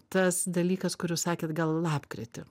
tas dalykas kur jūs sakėt gal lapkritį